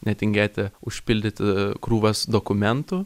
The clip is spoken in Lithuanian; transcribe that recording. netingėti užpildyti krūvas dokumentų